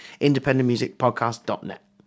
independentmusicpodcast.net